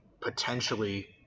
potentially